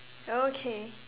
okay